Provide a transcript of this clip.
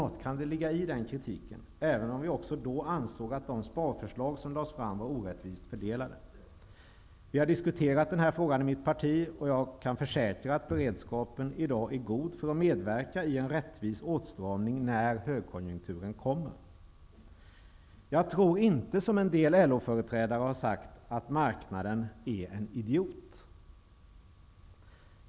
Något kan det ligga i den kritiken, även om vi också då ansåg att de sparförslag som lades fram var orättvist fördelade. Vi har diskuterat denna fråga i mitt parti, och jag kan försäkra att beredskapen i dag är god för att medverka i en rättvis åtstramning när högkonjunkturen kommer. Jag tror inte, som en del LO-företrädare har sagt, att marknaden är en idiot.